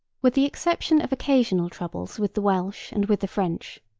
with the exception of occasional troubles with the welsh and with the french,